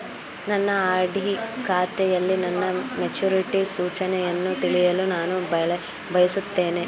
ನನ್ನ ಆರ್.ಡಿ ಖಾತೆಯಲ್ಲಿ ನನ್ನ ಮೆಚುರಿಟಿ ಸೂಚನೆಯನ್ನು ತಿಳಿಯಲು ನಾನು ಬಯಸುತ್ತೇನೆ